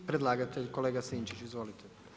I predlagatelj, kolega Sinčić, izvolite.